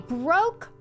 broke